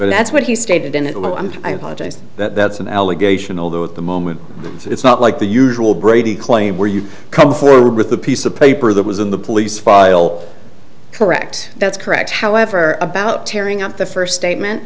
and that's what he stated then it will and i apologize that's an allegation although at the moment it's not like the usual brady claim where you've come forward with a piece of paper that was in the police file correct that's correct however about tearing up the first statement